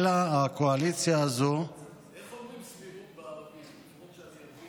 איך אומרים סבירות בערבית?